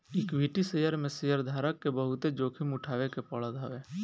equity share में शेयरधारक के बहुते जोखिम उठावे के पड़त हवे